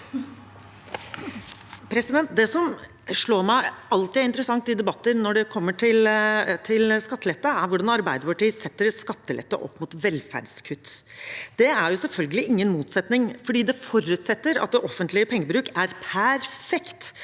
slår meg og alltid er interessant i debatter når det gjelder skattelette, er hvordan Arbeiderpartiet setter skattelette opp mot velferdskutt. Det er selvfølgelig ingen motsetning, fordi det forutsetter at den offentlige pengebruk er perfekt.